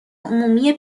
عمومی